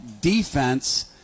defense